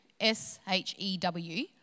S-H-E-W